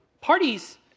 parties